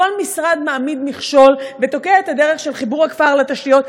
כל משרד מעמיד מכשול ותוקע את הדרך של חיבור הכפר לתשתיות.